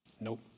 nope